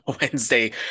Wednesday